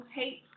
hate